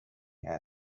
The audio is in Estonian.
jääd